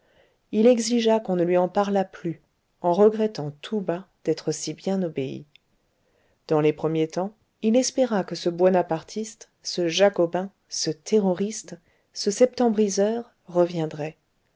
il exigea qu'on ne lui en parlât plus en regrettant tout bas d'être si bien obéi dans les premiers temps il espéra que ce buonapartiste ce jacobin ce terroriste ce septembriseur reviendrait